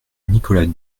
nicolas